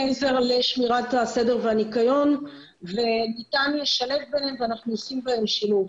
לשמירת הסדר והניקיון וניתן לשלב ביניהם ואנחנו עושים ביניהם שילוב.